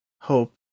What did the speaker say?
hope